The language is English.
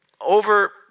over